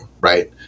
right